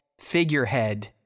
figurehead